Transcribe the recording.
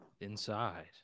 inside